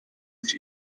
ich